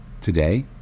today